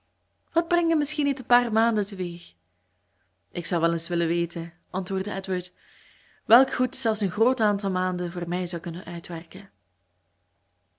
brengen misschien niet een paar maanden te weeg ik zou wel eens willen weten antwoordde edward welk goeds zelfs een groot aantal maanden voor mij zou kunnen uitwerken